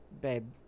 babe